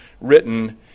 written